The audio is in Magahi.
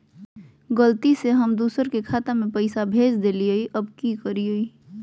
गलती से हम दुसर के खाता में पैसा भेज देलियेई, अब की करियई?